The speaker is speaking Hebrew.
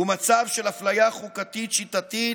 הוא מצב של אפליה חוקתית שיטתית,